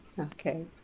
Okay